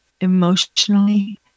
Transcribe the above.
emotionally